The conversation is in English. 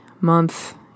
month